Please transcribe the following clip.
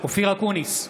אופיר אקוניס,